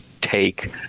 take